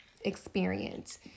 experience